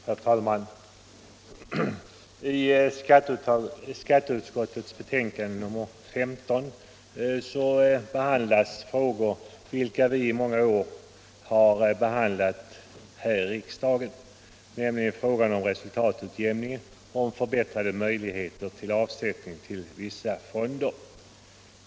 Herr talman! I skatteutskottets betänkande nr 15 återkommer frågor vilka vi redan tidigare vid många tillfällen har behandlat här i riksdagen, nämligen resultatutjämning och förbättrade möjligheter till avsättning till vissa fonder.